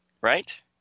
Right